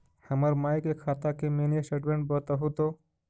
हमर माई के खाता के मीनी स्टेटमेंट बतहु तो?